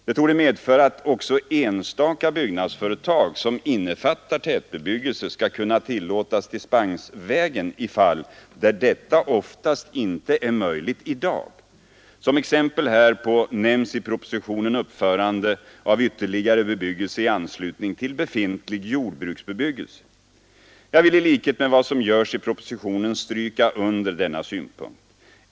Det torde medföra att också enstaka byggnadsföretag som innefattar tätbebyggelse skall kunna tillåtas dispensvägen i fall där detta oftast inte är möjligt i dag. Som exempel härpå nämns i propositionen uppförande av ytterligare bebyggelse i anslutning till befintlig jordbruksbebyggelse. Jag vill i likhet med vad som görs i propositionen stryka under denna synpunkt.